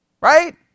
right